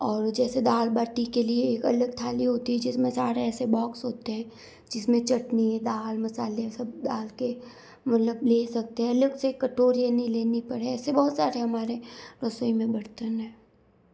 और जैसे दाल बाटी के लिए एक अलग थाली होती है जिस में सारे ऐसे बॉक्स होते हैं जिस में चटनी दाल मसाले सब डाल के मतलब ले सकते है अलग से कटोरीयाँ नहीं लेनी पड़े ऐसे बहुत सारे हमारे रसोई में बर्तन हैं